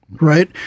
right